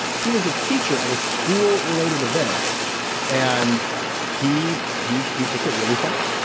he was a teacher at a school related event and he he he took it really far.